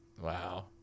Wow